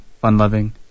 fun-loving